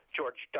George